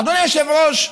אדוני היושב-ראש,